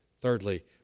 Thirdly